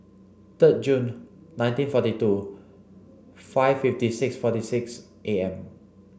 third June nineteen forty two five fifty six forty six A M